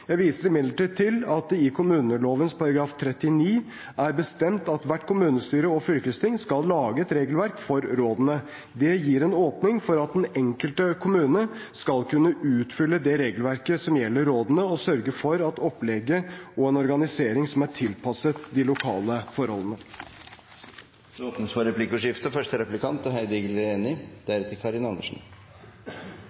Jeg viser imidlertid til at det i kommuneloven § 39 er bestemt at hvert kommunestyre og fylkesting skal lage et regelverk for rådene. Det gir en åpning for at den enkelte kommune skal kunne utfylle det regelverket som gjelder rådene, og sørge for et opplegg og en organisering som er tilpasset de lokale forholdene. Det blir replikkordskifte. Komitéflertallet foreslår at medvirkningsorgan for ungdom skal lovfestes, og